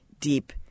deep